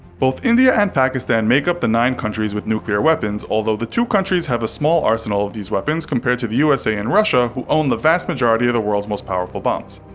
both india and pakistan make up the nine countries with nuclear weapons, although the two countries have a small arsenal of these weapons compared to the usa and russia, who own the vast majority of the world's most powerful bombs.